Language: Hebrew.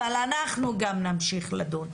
אבל גם אנחנו נמשיך לדון.